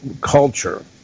culture